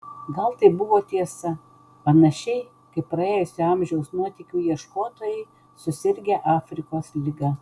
gal tai buvo tiesa panašiai kaip praėjusio amžiaus nuotykių ieškotojai susirgę afrikos liga